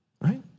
right